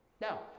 Now